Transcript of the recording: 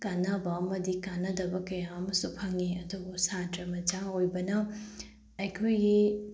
ꯀꯥꯟꯅꯕ ꯑꯃꯗꯤ ꯀꯥꯟꯅꯗꯕ ꯀꯌꯥ ꯑꯃꯁꯨ ꯐꯪꯏ ꯑꯗꯨꯕꯨ ꯁꯥꯇ꯭ꯔ ꯃꯆꯥ ꯑꯣꯏꯕꯅ ꯑꯩꯈꯣꯏꯒꯤ